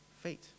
fate